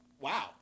Wow